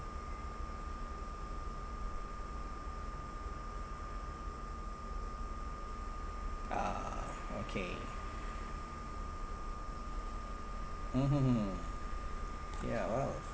ah okay mmhmm mm ya !wow!